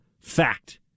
fact